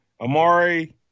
Amari